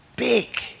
big